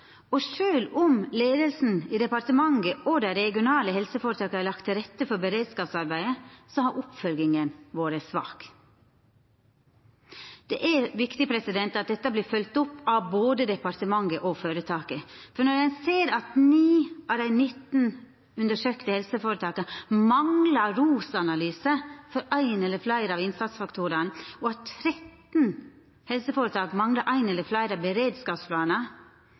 Og sjølv om leiinga i departementet og dei regionale helseføretaka har lagt til rette for beredskapsarbeidet, har oppfølginga vore svak. Det er viktig at dette vert følgt opp av både departementet og føretaka. For når ein ser at 9 av dei 19 undersøkte helseføretaka manglar ROS-analysar for ein eller fleire av innsatsfaktorane, og at 13 helseføretak manglar ein eller fleire beredskapsplanar,